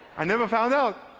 i never found out.